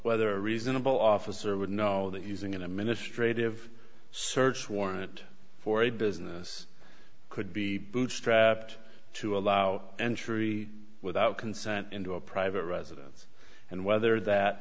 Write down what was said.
whether a reasonable officer would know that using a ministre give search warrant for a business could be bootstrapped to allow entry without consent into a private residence and whether that